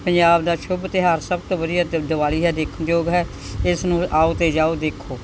ਪੰਜਾਬ ਦਾ ਸ਼ੁੱਭ ਤਿਉਹਾਰ ਸਭ ਤੋਂ ਵਧੀਆ ਦ ਦੀਵਾਲੀ ਹੈ ਦੇਖਣਯੋਗ ਹੈ ਇਸ ਨੂੰ ਆਓ ਅਤੇ ਜਾਓ ਦੇਖੋ